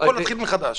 הכול יתחיל מחדש.